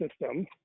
system